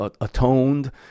atoned